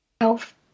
health